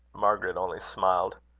margaret only smiled.